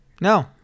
no